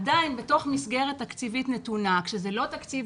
עדיין בתוך מסגרת תקציבית נתונה, כשזה לא תקציב